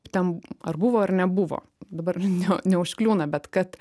ten ar buvo ar nebuvo dabar ne neužkliūna bet kad